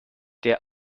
der